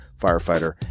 firefighter